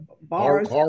bars